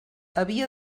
havia